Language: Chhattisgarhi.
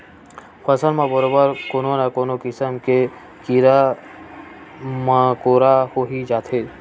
फसल म बरोबर कोनो न कोनो किसम के कीरा मकोरा होई जाथे